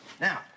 Now